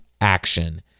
action